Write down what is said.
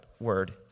word